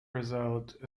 result